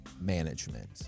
management